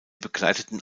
bekleideten